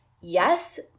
Yes